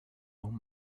own